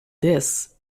this